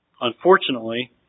Unfortunately